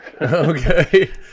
Okay